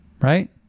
right